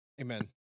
Amen